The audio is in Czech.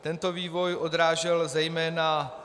Tento vývoj odrážel zejména...